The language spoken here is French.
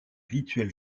rituel